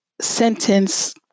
sentence